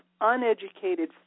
uneducated